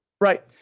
Right